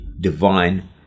divine